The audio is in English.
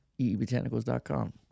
eebotanicals.com